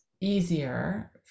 easier